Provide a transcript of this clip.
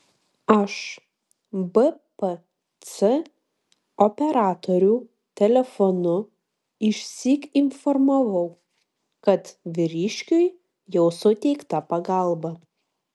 aš bpc operatorių telefonu išsyk informavau kad vyriškiui jau suteikta pagalba